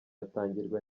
atangirwa